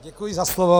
Děkuji za slovo.